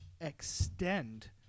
extend